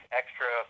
extra